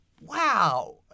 Wow